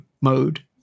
mode